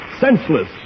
senseless